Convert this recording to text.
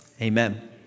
amen